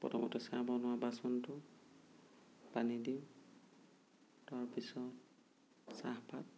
প্ৰথমতে চাহ বনোৱা বাচনটোত পানী দিওঁ তাৰপিছত চাহপাত